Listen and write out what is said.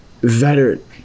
veteran